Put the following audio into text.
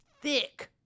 thick